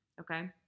okay